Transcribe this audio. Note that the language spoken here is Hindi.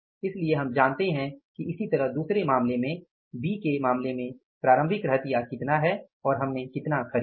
इसलिए हम जानते हैं कि इसी तरह दूसरे मामले में बी के मामले में प्रारंभिक रहतिया कितना है और हमने कितना खरीदा है